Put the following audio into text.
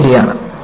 ഇത് ശരിയാണ്